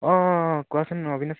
অঁ অঁ কোৱাচোন অবিনাশ